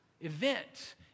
event